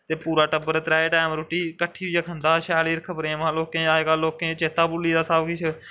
ते पूरा टब्बर त्रै टैम रुट्टी किट्ठे होई खंदा हा शैल हिरख प्रेम हा लोकें च अजकल्ल चेत्ा गै भुल्ली दा लोकें गी